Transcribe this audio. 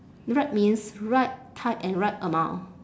right means right type and right amount